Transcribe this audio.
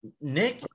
Nick